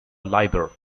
libre